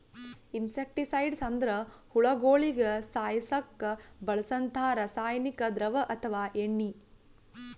insecticides ಅಂದ್ರ ಹುಳಗೋಳಿಗ ಸಾಯಸಕ್ಕ್ ಬಳ್ಸಂಥಾ ರಾಸಾನಿಕ್ ದ್ರವ ಅಥವಾ ಎಣ್ಣಿ